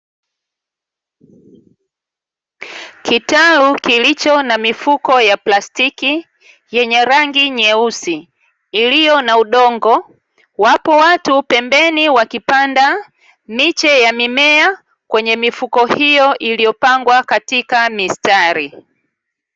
Kitalu kilicho na mifuko ya plastiki yenye rangi nyeusi iliyo na udongo, wapo watu pembeni wakipanda miche ya mimea kwenye mifuko hiyo iliyo pangwa katika mistari.